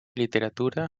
literatura